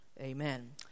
Amen